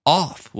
off